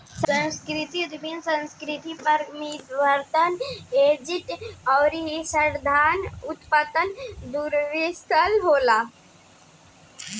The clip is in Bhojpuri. सांस्कृतिक उद्यमी सांस्कृतिक परिवर्तन एजेंट अउरी साधन संपन्न दूरदर्शी होला